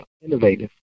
innovative